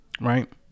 Right